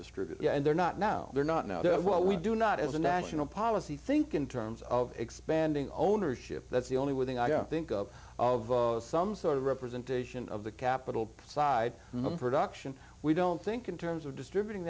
distributed and they're not now they're not now what we do not as a national policy think in terms of expanding ownership that's the only with the i don't think up of some sort of representation of the capital side mumford auction we don't think in terms of distributing